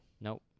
Nope